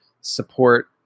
support